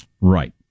Right